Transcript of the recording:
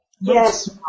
Yes